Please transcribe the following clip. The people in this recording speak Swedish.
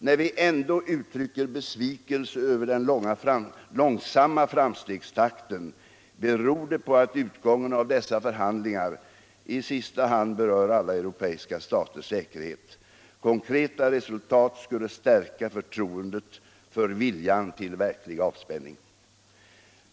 När vi ändå uttrycker besvikelse över den långsamma framstegstakten beror det på att utgången av dessa förhandlingar i sista hand berör alla europeiska staters säkerhet. Konkreta resultat skulle stärka förtroendet för viljan till verklig avspänning.